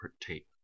tape